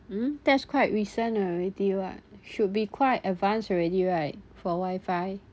mm that's quite recent already [what] should be quite advanced already right for wifi